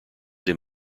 him